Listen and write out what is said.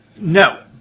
No